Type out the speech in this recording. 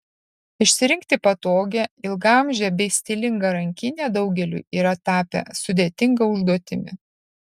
išsirinkti patogią ilgaamžę bei stilingą rankinę daugeliui yra tapę sudėtinga užduotimi